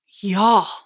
y'all